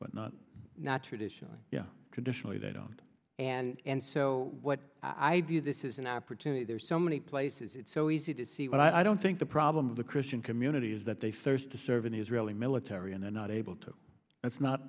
but not not traditionally yeah traditionally they don't and so what i do this is an opportunity there's so many places it's so easy to see what i don't think the problem of the christian community is that they thirst to serve in the israeli military and they're not able to that's not